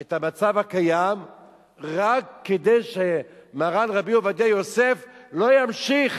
את המצב הקיים רק כדי שמרן רבי עובדיה יוסף לא ימשיך,